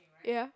ya